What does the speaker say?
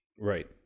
Right